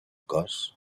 cos